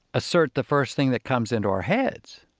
assert the first thing that comes into our heads.